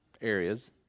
areas